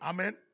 Amen